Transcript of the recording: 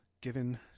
given